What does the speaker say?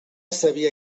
sabia